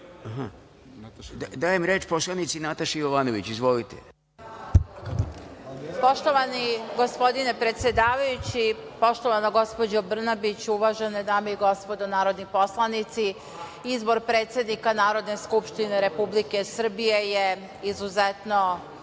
tu. Dajem reč poslanici Nataši Jovanović. Izvolite. **Nataša Jovanović** Poštovani gospodine predsedavajući, poštovana gospođo Brnabić, uvažene dame i gospodo narodni poslanici, izbor predsednika Narodne skupštine Republike Srbije je izuzetno